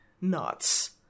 nuts